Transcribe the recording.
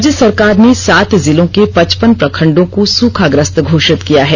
राज्य सरकार ने सात जिलों के पचपन प्रखंडों को खूखाग्रस्त घोषित किया है